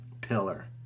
pillar